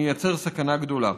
מייצר סכנה גדולה.